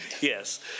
Yes